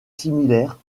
similaires